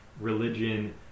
religion